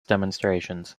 demonstrations